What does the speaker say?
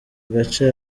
agace